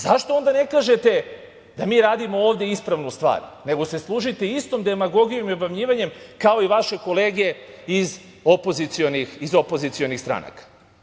Zašto onda ne kažete da mi radimo ovde ispravnu stvar, nego se služite istom demagogijom i obmanjivanjem, kao i vaše kolege iz opozicionih stranaka?